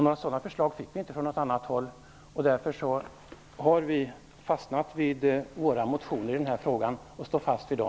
Några sådana förslag fick vi inte från något annat håll, och därför har vi fastnat vid våra motioner i frågan och står fast vid dem.